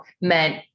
meant